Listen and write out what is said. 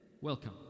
welcome